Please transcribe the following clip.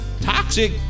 toxic